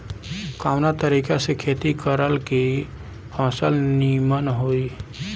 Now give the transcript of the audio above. कवना तरीका से खेती करल की फसल नीमन होई?